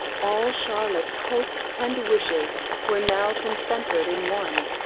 all charlotte's hopes and wishes were now concentred in one,